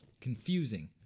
Confusing